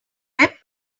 web